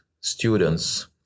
students